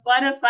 Spotify